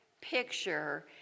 picture